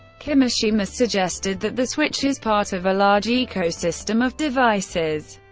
kimishima suggested that the switch is part of a large ecosystem of devices,